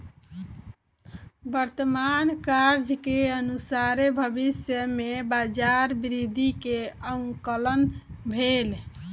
वर्तमान कार्य के अनुसारे भविष्य में बजार वृद्धि के आंकलन भेल